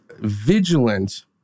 vigilant